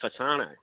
Fasano